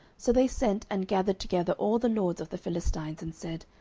so they sent and gathered together all the lords of the philistines, and said,